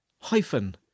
hyphen